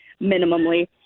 minimally